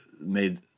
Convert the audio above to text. made